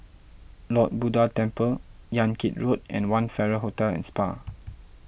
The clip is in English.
Lord Buddha Temple Yan Kit Road and one Farrer Hotel and Spa